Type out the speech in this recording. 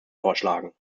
vorschlagen